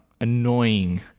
annoying